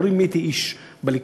לא רימיתי איש בליכוד.